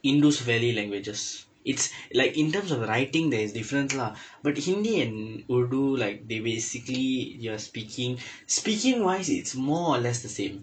indus valley languages it's like in terms of writing there is difference lah but hindi and urdu like they basically they are speaking speaking wise it's more or less the same